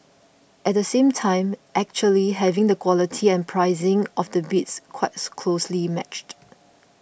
at the same time actually having the quality and pricing of the bids quite closely matched